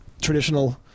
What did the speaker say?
traditional